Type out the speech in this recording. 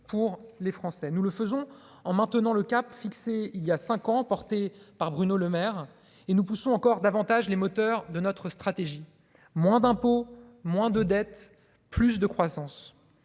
pour les Français, nous le faisons en maintenant le cap fixé il y a 5 ans, emporté par Bruno Lemaire et nous poussons encore davantage les moteurs de notre stratégie, moins d'impôts, moins de dette, plus de croissance,